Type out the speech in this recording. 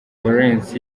valens